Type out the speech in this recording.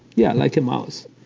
yeah. like a mouse.